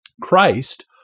Christ